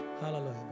Hallelujah